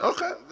Okay